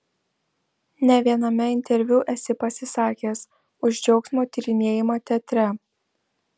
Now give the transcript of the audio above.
ne viename interviu esi pasisakęs už džiaugsmo tyrinėjimą teatre